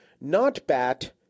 Not-bat